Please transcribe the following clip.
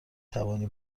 توانی